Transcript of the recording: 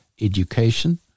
education